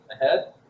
ahead